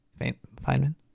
Feynman